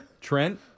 Trent